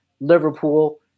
Liverpool